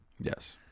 Yes